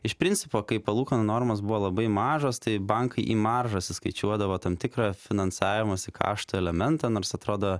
iš principo kai palūkanų normos buvo labai mažos tai bankai į maržas įskaičiuodavo tam tikrą finansavimosi kašto elementą nors atrodo